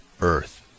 earth